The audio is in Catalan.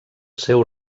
seu